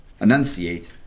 enunciate